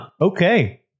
Okay